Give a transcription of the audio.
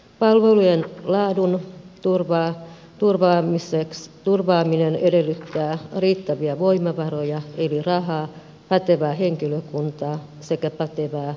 palvelujen laadun turvaaminen edellyttää riittäviä voimavaroja eli rahaa pätevää henkilökuntaa sekä pätevää ammattijohtamista